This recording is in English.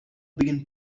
begin